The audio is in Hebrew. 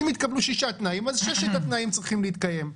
אם התקבלו שישה תנאים אז ששת התנאים צריכים להתקיים.